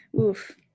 Oof